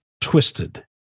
twisted